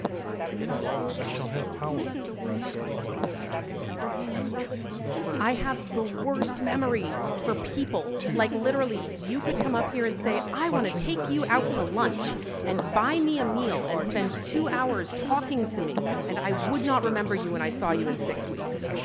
have you always had a fantasticall detailed and expansive memory or have you had to build that skill? seanan mcguire i have the worst memory for people. like literally you could come up here and say i want to take you out to lunch and buy me a meal and spend two hours talking to me and i would not remember you when i saw you in six weeks.